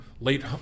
late